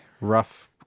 Rough